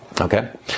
Okay